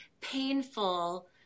painful